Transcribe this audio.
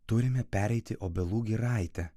turime pereiti obelų giraitę